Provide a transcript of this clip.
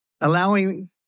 allowing